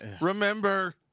Remember